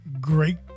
great